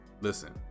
Listen